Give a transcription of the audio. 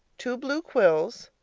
two blue quills.